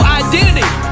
identity